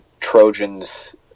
Trojans